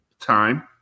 Time